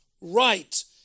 right